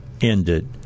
ended